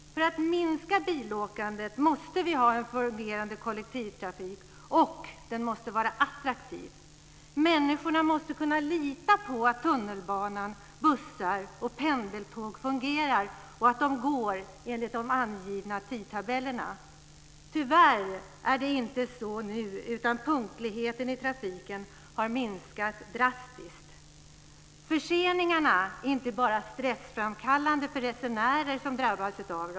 För att minska bilåkandet måste vi ha en fungerande kollektivtrafik, och den måste vara attraktiv. Människorna måste kunna lita på att tunnelbanan, bussar och pendeltåg fungerar och att de går enligt de angivna tidtabellerna. Tyvärr är det inte så nu, utan punktligheten i trafiken har minskat drastiskt. Förseningarna är inte bara stressframkallande för resenärer som drabbas av dem.